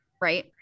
right